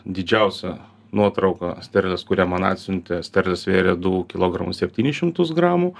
didžiausia nuotrauka sterlės kurią man atsiuntė sterlė svėrė du kilogramus septynis šimtus gramų